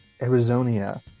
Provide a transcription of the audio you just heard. Arizona